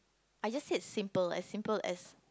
I just said simple as simple as